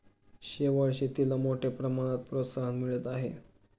शेवाळ शेतीला मोठ्या प्रमाणात प्रोत्साहन मिळत आहे